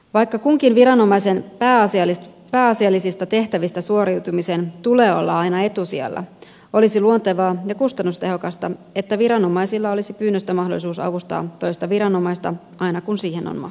vaikka kunkin viranomaisen pääasiallisista tehtävistä suoriutumisen tulee olla aina etusijalla olisi luontevaa ja kustannustehokasta että viranomaisilla olisi pyynnöstä mahdollisuus avustaa toista viranomaista aina kun siihen on mahdollisuus